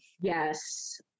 yes